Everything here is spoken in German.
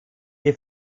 die